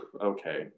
okay